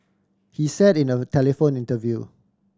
he said in a telephone interview